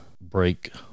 break